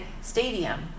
Stadium